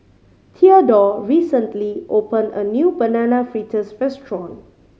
Theadore recently opened a new Banana Fritters restaurant